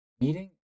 meeting